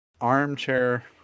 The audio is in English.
armchair